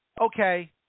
okay